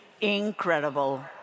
incredible